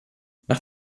nach